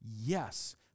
Yes